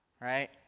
Right